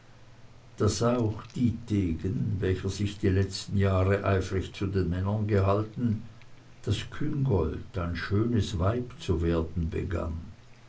sah auch dietegen welcher sich die letzten jahre eifrig zu den männern gehalten daß küngolt ein schönes weib zu werden begann